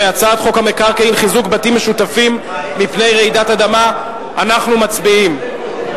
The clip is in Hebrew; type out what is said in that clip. הצעת חוק המקרקעין (חיזוק בתים משותפים מפני רעידות אדמה) (תיקון),